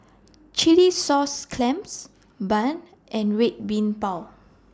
Chilli Sauce Clams Bun and Red Bean Bao